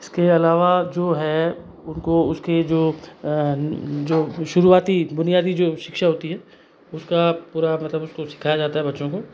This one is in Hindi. इसके अलावा जो है उनको उसके जो जो शुरुआती बुनियादी जो शिक्षा होती है उसका पूरा मतलब उसको सिखाया जाता है बच्चों को